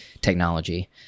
technology